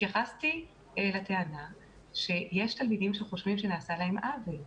התייחסתי לטענה שיש תלמידים שחושבים שנעשה להם עוול.